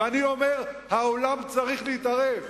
ואני אומר: העולם צריך להתערב.